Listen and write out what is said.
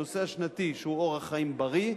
הנושא השנתי שהוא אורח חיים בריא.